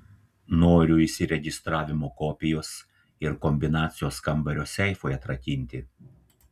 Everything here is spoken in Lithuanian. noriu įsiregistravimo kopijos ir kombinacijos kambario seifui atrakinti